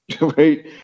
Right